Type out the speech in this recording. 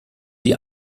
die